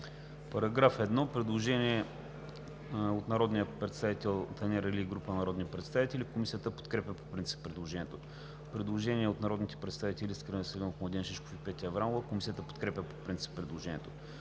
По § 1 има предложение от народния представител Танер Али и група народни представители. Комисията подкрепя по принцип предложението. Предложение от народните представители Искрен Веселинов, Младен Шишков и Петя Аврамова. Комисията подкрепя по принцип предложението.